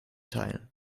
teilen